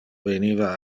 veniva